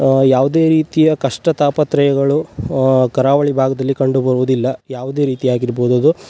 ಯಾವುದೇ ರೀತಿಯ ಕಷ್ಟ ತಾಪತ್ರಯಗಳು ಕರಾವಳಿ ಭಾಗ್ದಲ್ಲಿ ಕಂಡುಬರುವುದಿಲ್ಲ ಯಾವುದೇ ಆಗಿರ್ಬೋದು ಅದು